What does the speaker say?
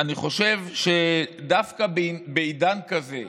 אני חושב שדווקא בעידן כזה,